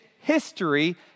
history